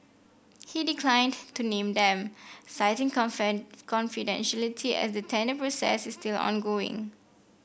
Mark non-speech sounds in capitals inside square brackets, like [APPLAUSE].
he declined to name them citing [UNINTELLIGIBLE] confidentiality as the tender process is still ongoing